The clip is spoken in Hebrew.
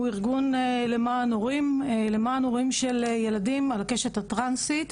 ארגון ברית הלביאות הוא ארגון למען הורים לילדים על הקשת הטרנסית,